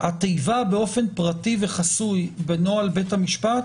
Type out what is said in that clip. - התיבה באופן פרטי וחסוי בנוהל בתי המשפט